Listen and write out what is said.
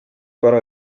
para